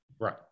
Right